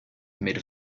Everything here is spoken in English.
made